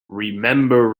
remember